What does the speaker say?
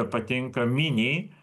patinka miniai